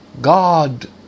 God